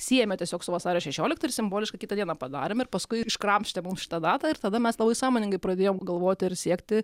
siejame tiesiog su vasario šešiolikta ir simboliškai kitą dieną padarėm ir paskui iškrapštė mum šitą datą ir tada mes labai sąmoningai pradėjome galvoti ir siekti